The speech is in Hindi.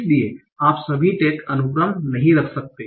इसलिए आप सभी टैग अनुक्रम नहीं रख सकते